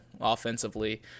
offensively